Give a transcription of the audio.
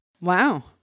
Wow